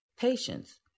Patience